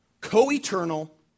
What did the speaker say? co-eternal